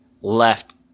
left